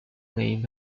name